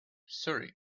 surrey